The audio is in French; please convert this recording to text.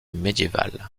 médiéval